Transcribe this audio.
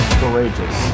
courageous